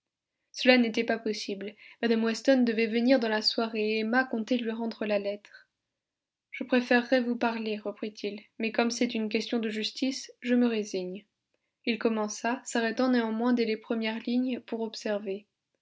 cela n'était pas possible mme weston devait venir dans la soirée et emma comptait lui rendre la lettre je préférerais vous parler reprit-il mais comme c'est une question de justice je me résigne il commença s'arrêtant néanmoins dès les premières lignes pour observer